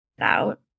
out